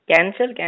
Cancel